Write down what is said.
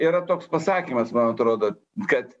yra toks pasakymas man atrodo kad